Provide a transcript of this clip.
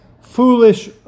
foolish